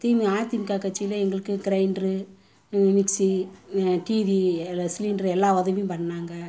திமு அதிமுக கட்சியில் எங்களுக்கு grinder mixie TV எல்லாம் சிலிண்ட்ரு எல்லா உதவியும் பண்ணிணாங்க